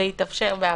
זה התאפשר בעבר.